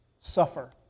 suffer